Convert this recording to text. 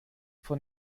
von